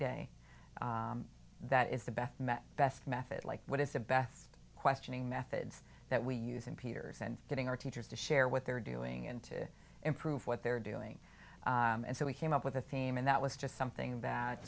day that is the best best method like what is the best questioning methods that we use in peers and getting our teachers to share what they're doing and to improve what they're doing and so we came up with a theme and that was just something